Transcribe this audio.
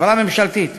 חברה ממשלתית